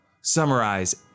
summarize